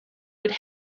would